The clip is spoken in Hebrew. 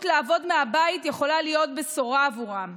לעבוד מהבית יכולות להיות בשורה עבורם,